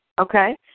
Okay